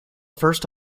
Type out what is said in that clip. first